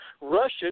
Russia